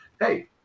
hey